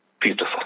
beautiful